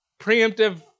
preemptive